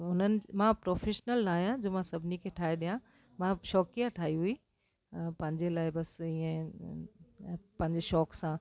उन्हनि मां प्रोफेशनल आहियां जे मां सभिनी खे ठाहे ॾिया मां शौक़ीअ ठाही हुई पंहिंजे लाइ बसि ईअं पंहिंजे शौक़ सां